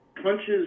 Punches